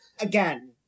Again